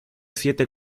siete